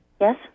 Yes